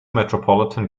metropolitan